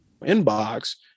inbox